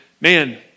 man